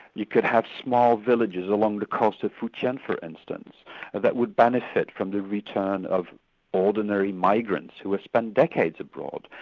you could have small villages along the coast at fu-chien for instance that would benefit from the return of ordinary migrants who have spent decades abroad,